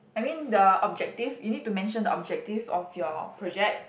I mean the objective you need to mention the objective of your project